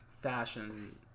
Fashion